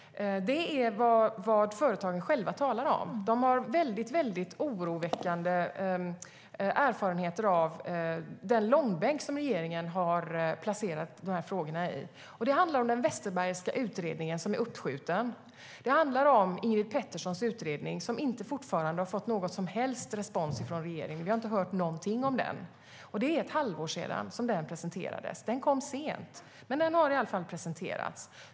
Det är vad företagen själva talar om. De har oroväckande erfarenheter av den långbänk som regeringen har placerat de här frågorna i. Det handlar om den Westerbergska utredningen som är uppskjuten. Det handlar om Ingrid Peterssons utredning som fortfarande inte har fått någon som helst respons från regeringen. Vi har inte hört någonting om den, och det är ett halvår sedan som den presenterades. Den kom sent, men den har i alla fall presenterats.